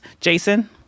Jason